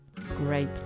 great